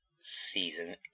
Season